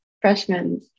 freshmen